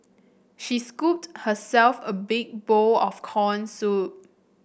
she scooped herself a big bowl of corn soup